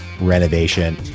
renovation